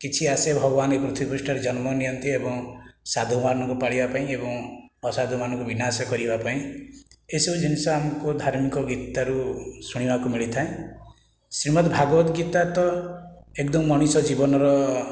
କିଛି ଆସେ ଭଗବାନ ଏହି ପୃଥିବୀ ପୃଷ୍ଠରେ ଜନ୍ମ ନିଅନ୍ତି ଏବଂ ସାଧୁମାନଙ୍କୁ ପାଳିବା ପାଇଁ ଏବଂ ଅସାଧୁମାନଙ୍କୁ ବିନାଶ କରିବା ପାଇଁ ଏହି ସବୁ ଜିନିଷ ଆମକୁ ଧାର୍ମିକ ଗୀତାରୁ ଶୁଣିବାକୁ ମିଳିଥାଏ ଶ୍ରୀମଦ ଭାଗବତ ଗୀତା ତ ଏକଦମ ମଣିଷ ଜୀବନର